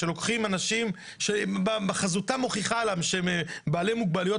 לקחת אנשים שחזותם מוכיחה עליהם שהם בעלי מוגבלויות,